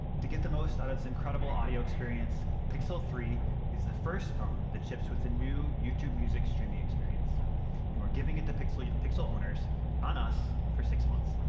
to get the most out of this incredible audio experience, pixel three is the first phone that ships with a new youtube music streaming experience and we're giving it to pixel pixel owners on us for six months.